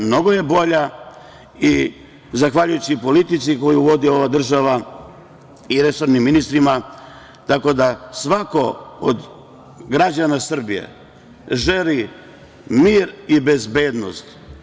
Mnogo je bolja i zahvaljujući politici koju vodi ova država i resornim ministrima, tako da svako od građana Srbije želi mir i bezbednost.